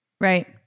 Right